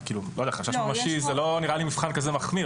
חשש ממשי, לא נראה לי מבחן כזה מחמיר.